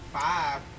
five